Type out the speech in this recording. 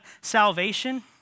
salvation